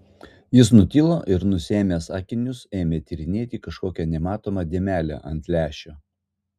jis nutilo ir nusiėmęs akinius ėmė tyrinėti kažkokią nematomą dėmelę ant lęšio